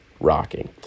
rocking